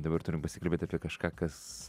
dabar turim pasikalbėti apie kažką kas